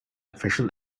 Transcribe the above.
official